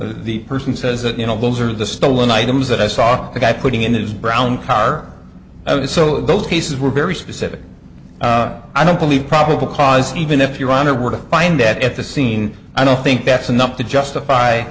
the person says that you know those are the stolen items that i saw the guy putting in his brown car so those cases were very specific i don't believe probable cause even if your honor were to find that at the scene i don't think that's enough to justify